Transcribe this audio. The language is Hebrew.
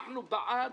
אנחנו בעד